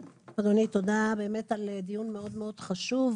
אדוני, תודה על דיון מאוד חשוב.